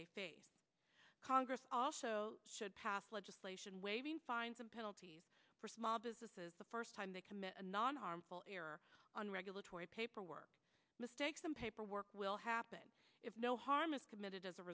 congress also should pass legislation waiving fines and penalties for small businesses the first time they commit a non harmful error on regulatory paperwork mistakes some paperwork will happen if no harm is committed as a